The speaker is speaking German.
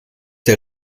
der